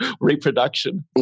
reproduction